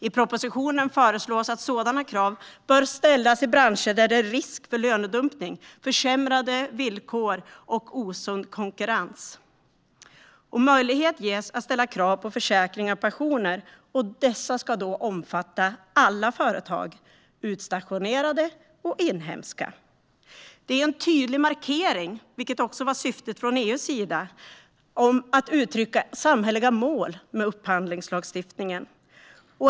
I propositionen föreslås att sådana krav bör ställas i branscher där det finns risk för lönedumpning, försämrade villkor och osund konkurrens. Möjlighet ges att ställa krav på försäkringar och pensioner, och dessa ska omfatta alla företag, både utstationerade och inhemska. Det är en tydlig markering, vilket också var syftet från EU:s sida, om att man vill uttrycka samhälleliga mål med upphandlingslagstiftningen.